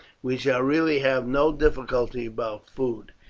we shall really have no difficulty about food.